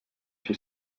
així